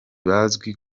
bazwi